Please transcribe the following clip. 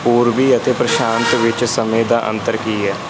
ਪੂਰਬੀ ਅਤੇ ਪ੍ਰਸ਼ਾਂਤ ਵਿੱਚ ਸਮੇਂ ਦਾ ਅੰਤਰ ਕੀ ਹੈ